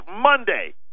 Monday